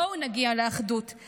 בואו נגיע לאחדות.